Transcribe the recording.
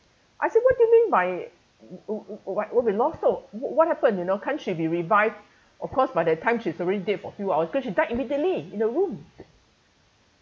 I said what do you mean by w~ w~ what what we lost her what happened you know can't she be revived of course by that time she's already dead for few hours cause she died immediately in the room